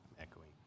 echoing